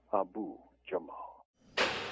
Abu-Jamal